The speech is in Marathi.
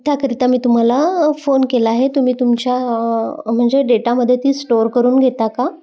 त्याकरिता मी तुम्हाला फोन केला आहे तुम्ही तुमच्या म्हणजे डेटामध्ये ती स्टोअर करून घेता का